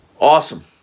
Awesome